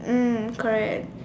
mm correct